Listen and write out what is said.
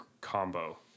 combo